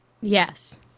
Yes